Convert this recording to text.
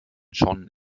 schon